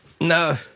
No